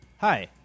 Hi